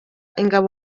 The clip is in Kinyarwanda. ingabo